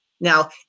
Now